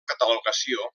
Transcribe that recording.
catalogació